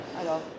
Alors